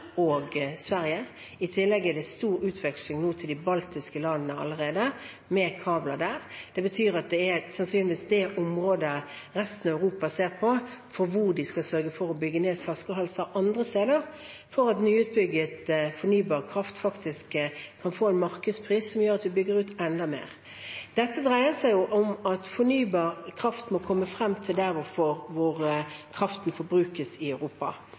kabler der. Det betyr at det sannsynligvis er det området resten av Europa ser på – med tanke på hvilke andre steder de skal sørge for å bygge ned flaskehalser for at nyutbygget, fornybar kraft kan få en markedspris som gjør at vi bygger ut enda mer. Dette dreier seg om at fornybar kraft må komme frem dit i Europa hvor kraften forbrukes,